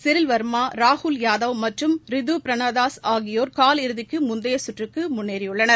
Cyril Verma ராகுல் யாதவ் மற்றும் ரிது பர்னதாஸ் ஆகியோர் காலிறுதிக்கு முந்தைய சுற்றுக்கு முன்னேறியுள்ளனர்